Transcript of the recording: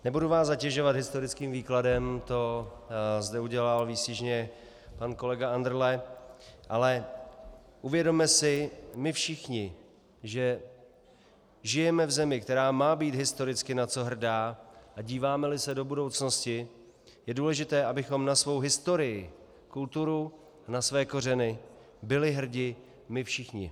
Nebudu vás zatěžovat historickým výkladem, to zde udělal výstižně pan kolega Andrle, ale uvědomme si my všichni, že žijeme v zemi, která má být historicky na co hrdá, a dívámeli se do budoucnosti, je důležité, abychom na svou historii, kulturu a na své kořeny byli hrdi my všichni.